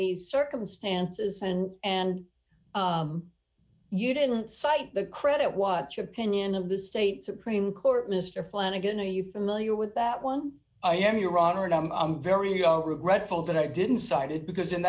these circumstances and and you didn't cite the credit watch opinion of the state supreme court mr flanagan are you familiar with that one i am your honor and i'm very young regretful that i didn't cite it because in